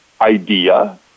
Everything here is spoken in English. idea